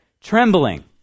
trembling